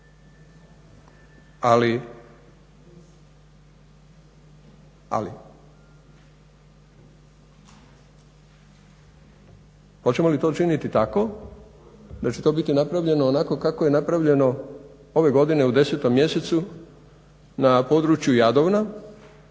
naravno. Ali, hoćemo li to učiniti tako da će to biti napravljeno onako kako je napravljeno ove godine u 10. mjesecu na području Jadovna